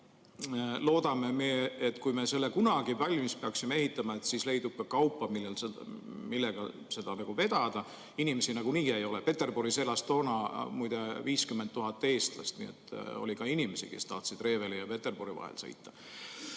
loodame me, et kui me selle kunagi valmis peaksime ehitama, siis leidub ka kaupa, mida sellel vedada. Inimesi nagunii ei ole. Peterburis elas toona muide 50 000 eestlast. Oli ka inimesi, kes tahtsid Reveli ja Peterburi vahet sõita. Nüüd